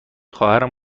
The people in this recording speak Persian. خواهرم